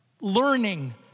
learning